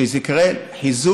וזה ייקרא חיזוק